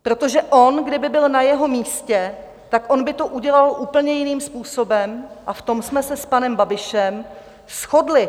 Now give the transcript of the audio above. Protože on kdyby byl na jeho místě, tak on by to udělal úplně jiným způsobem, a v tom jsme se s panem Babišem shodli.